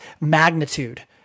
magnitude